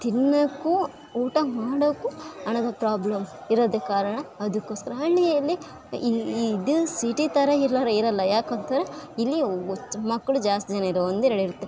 ತಿನ್ನೋಕೂ ಊಟ ಮಾಡೋಕು ಹಣದ ಪ್ರಾಬ್ಲಮ್ ಇರೋದು ಕಾರಣ ಅದುಕೋಸ್ಕರ ಹಳ್ಳಿಯಲ್ಲಿ ಇದು ಸಿಟಿ ಥರ ಇರೋರು ಇರಲ್ಲ ಯಾಕಂತೇಳ್ದ್ರೆ ಇಲ್ಲಿ ಮಕ್ಳು ಜಾಸ್ತಿ ಜನ ಇರಲ್ಲ ಒಂದು ಎರಡು ಇರತ್ತೆ